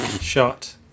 shot